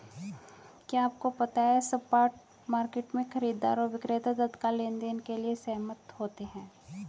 क्या आपको पता है स्पॉट मार्केट में, खरीदार और विक्रेता तत्काल लेनदेन के लिए सहमत होते हैं?